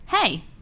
Hey